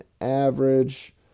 average